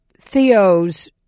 Theo's